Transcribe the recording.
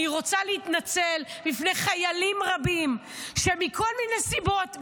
אני רוצה להתנצל בפני חיילים רבים שמכל מיני סיבות,